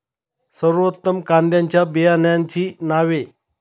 सर्वोत्तम कांद्यांच्या बियाण्यांची नावे?